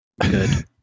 good